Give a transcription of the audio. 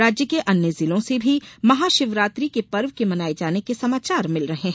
राज्य के अन्य जिलों से भी महाशिवरात्रि के पर्व के मनाये जाने के समाचार मिल रहे हैं